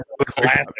classic